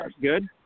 Good